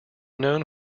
known